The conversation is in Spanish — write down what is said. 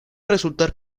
resultar